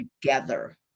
together